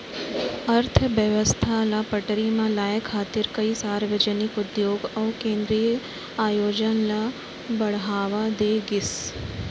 अर्थबेवस्था ल पटरी म लाए खातिर कइ सार्वजनिक उद्योग अउ केंद्रीय आयोजन ल बड़हावा दे गिस